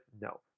No